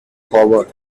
forward